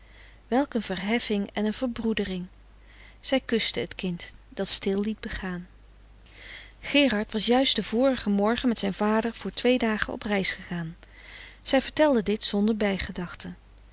een verheffing en een verbroedering zij kuste het kind dat stil liet begaan gerard was juist den vorigen morgen met zijn vader voor twee dagen op reis gegaan zij vertelde dit zonder